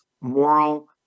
moral